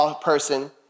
person